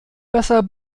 besser